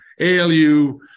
ALU